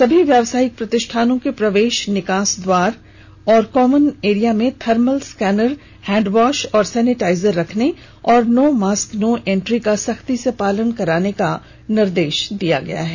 सभी व्यावसायिक प्रतिष्ठानों के प्रवेश निकास द्वार व कॉमन एरिया में थर्मल स्कैनर हैंड वॉश एवं सेनिटाइजर रखने और नो मास्क नो इंट्री का सख्ती से पालन कराने के निर्देश दिए गये हैं